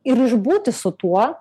ir išbūti su tuo